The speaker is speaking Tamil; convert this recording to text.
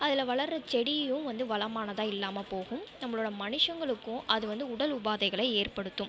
அதில் வளர்கிற செடியும் வந்து வளமானாதாக இல்லாமல் போகும் நம்மளோட மனுஷங்களுக்கும் அது வந்து உடல் உபாதைகளை ஏற்படுத்தும்